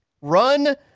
run